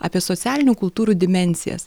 apie socialinių kultūrų dimensijas